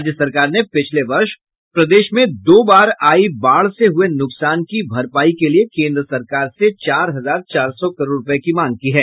राज्य सरकार ने पिछले वर्ष प्रदेश में दो बार आयी बाढ़ से हुये नुकसान की भरपाई के लिए केन्द्र सरकार से चार हजार चार सौ करोड़ रूपये की मांग की है